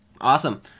Awesome